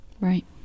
Right